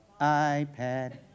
iPad